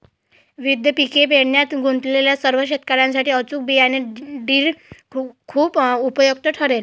विविध पिके पेरण्यात गुंतलेल्या सर्व शेतकर्यांसाठी अचूक बियाणे ड्रिल खूप उपयुक्त ठरेल